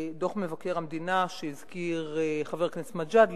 דוח מבקר המדינה, שהזכיר חבר הכנסת מג'אדלה,